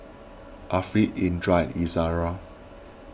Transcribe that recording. Afiq Indra and Izara